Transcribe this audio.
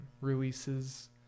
releases